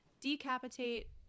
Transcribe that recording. decapitate